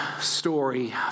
story